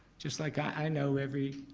just like i know every,